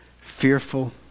fearful